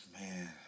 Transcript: man